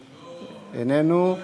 איננו.